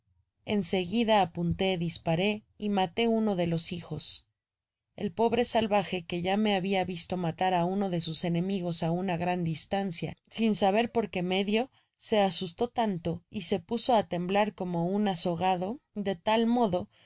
seguida apunté disparé y maté uno de los hijos el pobre salvaje que ya me había visto matar á uno de sus enemigos á una gran distancia sin saber por qué medio se asustó tanto y se puso á temblar como un azogado de tal modo